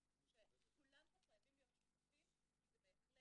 כולם פה חייבים להיות שותפים כי כדי